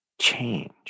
change